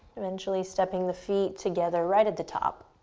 eventually stepping the feet together right at the top,